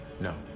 no